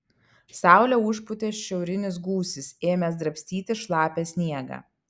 saulę užpūtė šiaurinis gūsis ėmęs drabstyti šlapią sniegą